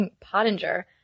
Pottinger